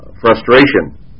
frustration